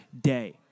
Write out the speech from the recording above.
Day